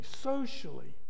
socially